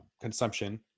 consumption